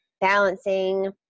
balancing